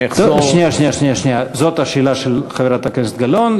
אני אחזור, זאת השאלה של חברת הכנסת גלאון.